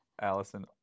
Allison